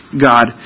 God